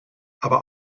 aber